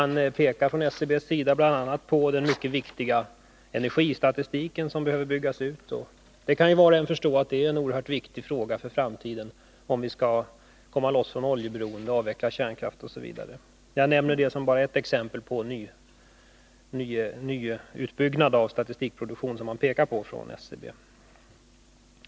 SCB pekar bl.a. på den mycket viktiga energistatistiken, som behöver byggas ut. Var och en kan ju förstå att den är viktig för framtiden i vårt arbete att komma ifrån oljeberoendet, avveckla kärnkraften osv. — Jag nämner detta bara som ett exempel på de behov av utbyggnad av statistikproduktionen som SCB har pekat på.